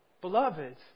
beloved